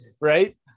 right